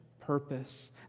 purpose